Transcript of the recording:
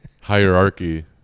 hierarchy